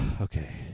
Okay